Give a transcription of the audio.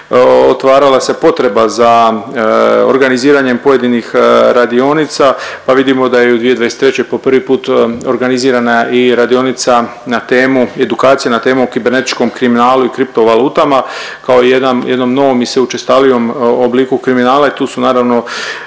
otvarala se potreba za organiziranjem pojedinih radionica pa vidimo da je i u 2023. po prvi put organizirana i radionica na temu, edukacija na temu o kibernetičkom kriminalu i kriptovalutama kao jedan, jednom novom i sve učestalijom obliku kriminala i tu su naravno